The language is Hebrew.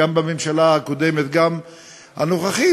גם בממשלה הקודמת גם בנוכחית,